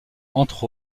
entre